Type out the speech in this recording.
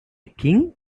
king